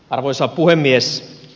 arvoisa puhemies